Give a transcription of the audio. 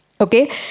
Okay